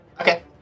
Okay